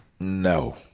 No